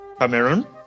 Cameroon